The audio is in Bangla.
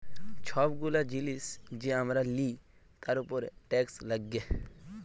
ছব গুলা জিলিস যে আমরা লিই তার উপরে টেকস লাগ্যে